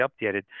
updated